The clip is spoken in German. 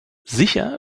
sicher